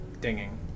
dinging